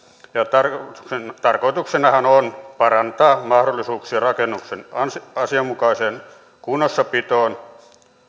tarkoituksenahan tarkoituksenahan on parantaa mahdollisuuksia rakennuksen asianmukaiseen kunnossapitoon